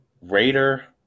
Raider